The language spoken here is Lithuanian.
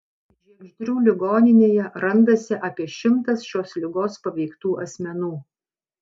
žiegždrių ligoninėje randasi apie šimtas šios ligos paveiktų asmenų